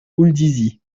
houldizy